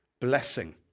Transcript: blessing